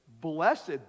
Blessed